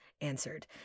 answered